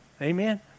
Amen